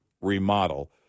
remodel